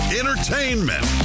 entertainment